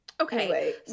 Okay